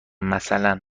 مثلا